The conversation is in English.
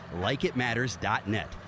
LikeItMatters.net